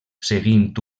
seguint